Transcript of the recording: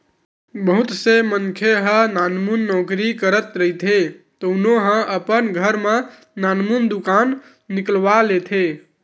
बहुत से मनखे ह नानमुन नउकरी करत रहिथे तउनो ह अपन घर म नानमुन दुकान निकलवा लेथे